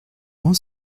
grand